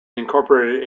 incorporated